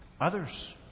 others